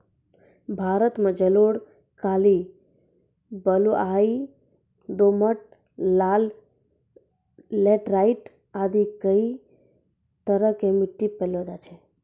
भारत मॅ जलोढ़, काली, बलुआही, दोमट, लाल, लैटराइट आदि कई तरह के मिट्टी पैलो जाय छै